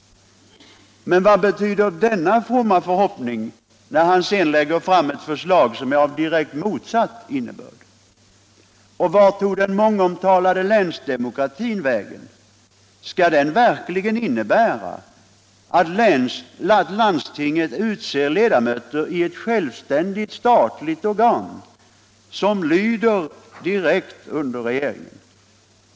Men vad betyder denna fromma förhoppning, när han sedan lägger fram ett förslag av direkt motsatt innebörd? Och vart tog den mångomtalade länsdemokratin vägen? Skall den verkligen innebära att landstingen utser ledamöter i ett självständigt statligt organ som lyder direkt under regeringen?